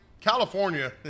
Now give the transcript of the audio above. California